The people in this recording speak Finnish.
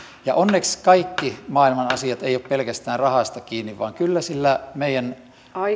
ja onneksi kaikki maailman asiat eivät ole pelkästään rahasta kiinni vaan kyllä sillä meidän